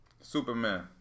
Superman